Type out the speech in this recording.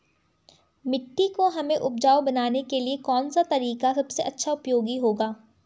मिट्टी को हमें उपजाऊ बनाने के लिए कौन सा तरीका सबसे अच्छा उपयोगी होगा?